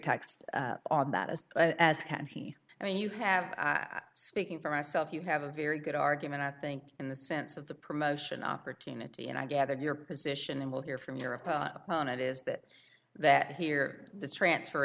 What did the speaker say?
t on that as well as i mean you have speaking for myself you have a very good argument i think in the sense of the promotion opportunity and i gather your position and we'll hear from europe on it is that that here the transfer